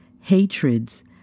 hatreds